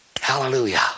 Hallelujah